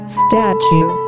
statue